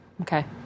Okay